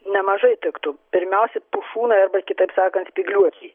nemažai tiktų pirmiausia pušūnai arba kitaip sakant spygliuočiai